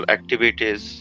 Activities